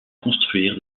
construire